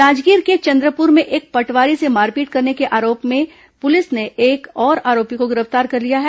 जांजगीर के चंद्रपुर में एक पटवारी से मारपीट करने के आरोपी में पुलिस ने एक और आरोपी को गिरफ्तार कर लिया है